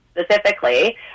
specifically